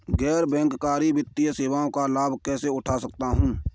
गैर बैंककारी वित्तीय सेवाओं का लाभ कैसे उठा सकता हूँ?